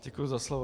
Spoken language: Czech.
Děkuji za slovo.